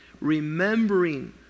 remembering